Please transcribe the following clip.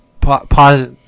pause